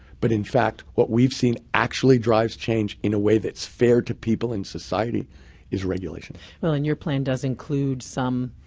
but in fact, what we've seen actually drives change in a way that's fair to people in society is regulation. well, and your plan does include some,